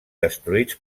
destruïts